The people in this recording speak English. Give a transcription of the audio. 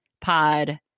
Pod